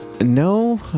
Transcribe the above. No